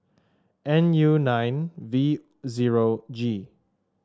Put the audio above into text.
N U nine V zero G